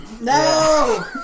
No